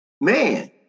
man